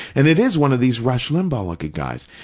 and it is one of these rush limbaugh-looking guys.